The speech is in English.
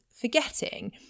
forgetting